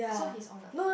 so he's on ah